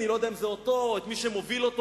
אני לא יודע אם אותו או את מי שמוביל אותו